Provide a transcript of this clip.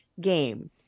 game